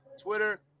Twitter